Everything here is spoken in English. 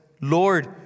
Lord